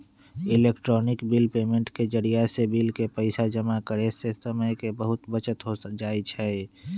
electronic bill payment के जरियासे bill के पइसा जमा करेयसे समय के बहूते बचत हो जाई छै